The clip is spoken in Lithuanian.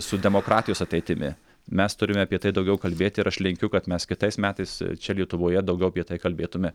su demokratijos ateitimi mes turime apie tai daugiau kalbėti ir aš linkiu kad mes kitais metais čia lietuvoje daugiau apie tai kalbėtume